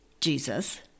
Jesus